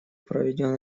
проведен